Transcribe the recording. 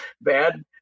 Bad